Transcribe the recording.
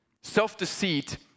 Self-deceit